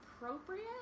appropriate